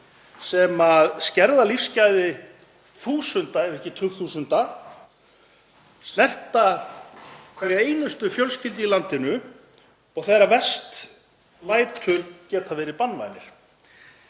sem skerða lífsgæði þúsunda ef ekki tugþúsunda, snerta hverja einustu fjölskyldu í landinu og þegar verst lætur geta verið banvænir.